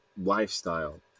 lifestyle